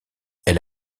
elle